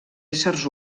éssers